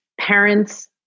parents